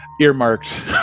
earmarked